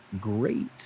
Great